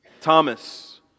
Thomas